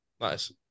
Nice